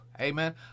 Amen